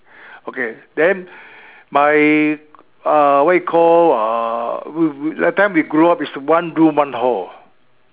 okay then my uh what you call uh that time we grow up is one room one hall